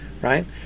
right